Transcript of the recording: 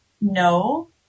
no